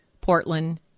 Portland